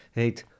heet